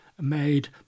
made